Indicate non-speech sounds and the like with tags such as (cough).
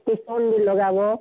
(unintelligible) ଲଗାବୋ